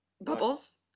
bubbles